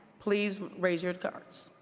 please raise your cards.